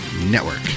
network